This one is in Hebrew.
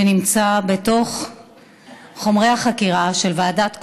שנמצא בתוך חומרי החקירה של ועדת כהן-קדמי.